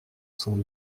sont